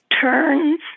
turns